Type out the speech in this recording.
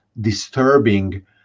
disturbing